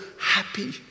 happy